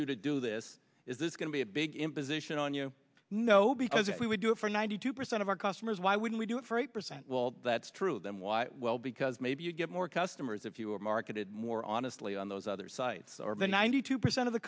you to do this is this going to be a big imposition on you know because if we would do it for ninety two percent of our customers why wouldn't we do it for eight percent well that's true then why well because maybe you get more customers if you are marketed more honestly on those other sites or the ninety two percent of the